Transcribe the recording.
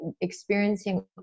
experiencing